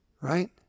right